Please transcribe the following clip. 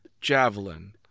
javelin